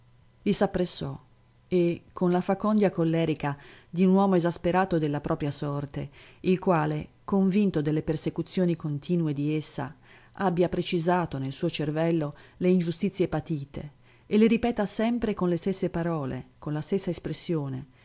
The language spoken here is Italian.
gli s'appressò e con la facondia collerica di un uomo esasperato della propria sorte il quale convinto delle persecuzioni continue di essa abbia precisato nel suo cervello le ingiustizie patite e le ripeta sempre con le stesse parole con la stessa espressione